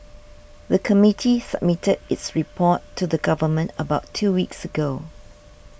the committee submitted its report to the government about two weeks ago